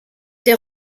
der